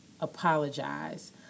apologize